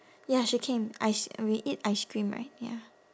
ya she came ice we eat ice cream right ya